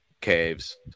caves